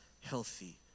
healthy